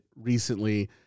recently